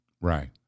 Right